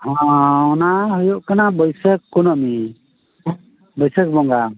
ᱦᱮᱸ ᱚᱱᱟ ᱦᱩᱭᱩᱜ ᱠᱟᱱᱟ ᱵᱟᱹᱭᱥᱟᱹᱠ ᱠᱩᱱᱟᱹᱢᱤ ᱵᱟᱹᱭᱥᱟᱹᱠ ᱵᱚᱸᱜᱟ